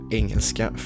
engelska